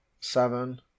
seven